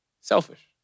selfish